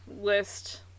list